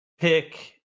pick